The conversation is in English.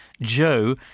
Joe